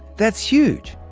that's huge!